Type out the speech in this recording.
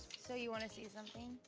so you wanna see something?